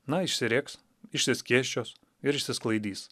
na išsirėks išsiskėsčios ir išsisklaidys